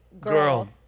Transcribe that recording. girl